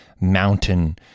mountain